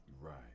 Right